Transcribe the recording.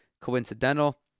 coincidental